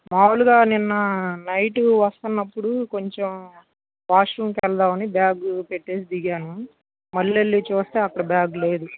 మామూలుగా నిన్న నైట్ వస్తున్నప్పుడు కొంచెం వాష్రూంకి వెళ్దామని బ్యాగ్ పెట్టేసి దిగాను మళ్ళీ వెళ్ళి చూస్తే అక్కడ బ్యాగ్ లేదు